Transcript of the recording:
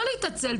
לא להתעצל,